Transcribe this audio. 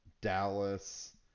Dallas